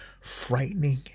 frightening